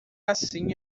assim